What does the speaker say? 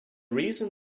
reason